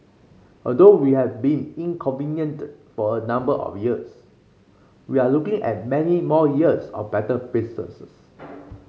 although we have been for a number of years we are looking at many more years of better business